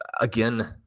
again